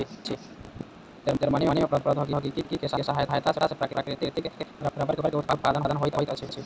Germany में प्रौद्योगिकी के सहायता सॅ प्राकृतिक रबड़ के उत्पादन होइत अछि